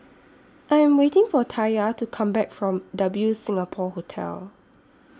I Am waiting For Taya to Come Back from W Singapore Hotel